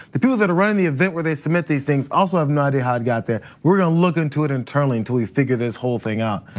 the people that are running the event where they submit these things also have no idea how it got there. we're gonna look into it internally until we figure this whole thing out.